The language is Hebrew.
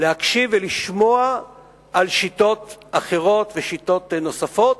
להקשיב ולשמוע על שיטות אחרות ושיטות נוספות,